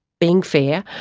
being fair,